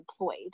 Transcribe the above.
employed